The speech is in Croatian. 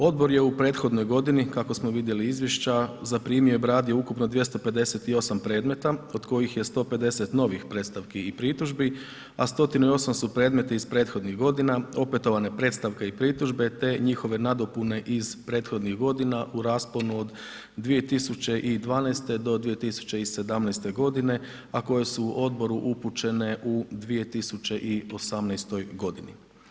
Odbor je u prethodnoj godini kako smo vidjeli izvješća, zaprimio i obradio ukupno 258 predmeta, od kojih je 150 novih predstavki i pritužbi a 108 su predmeti iz prethodnih godina, opetovane predstavke i pritužbe te njihove nadopune iz prethodnih godina u rasponu od 2012. do 2017. g. a koje su odboru upućene u 2018. godini.